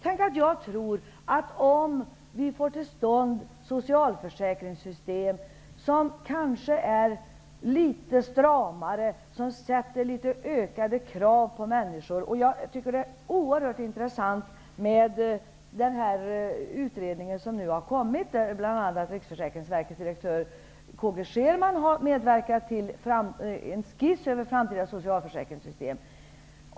Tänk om vi kunde få socialförsäkringssystem som är litet stramare, där det ställs litet ökade krav på människor! Jag tycker att det är oerhört intressant med den utredning som nu har kommit, där bl.a. Riksförsäkringsverkets direktör K G Scherman har medverkat till en skiss över framtida socialförsäkringssystem.